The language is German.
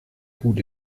gut